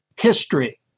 history